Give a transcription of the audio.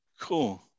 Cool